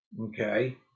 Okay